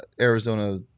Arizona